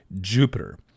Jupiter